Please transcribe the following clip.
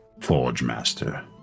Forgemaster